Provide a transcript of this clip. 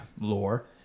lore